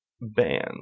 band